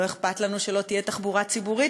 לא אכפת לנו שלא יהיו תחבורה ציבורית,